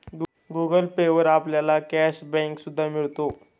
Google pay वर आपल्याला cash back सुद्धा मिळतो